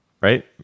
right